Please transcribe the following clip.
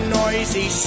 noisy